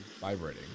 vibrating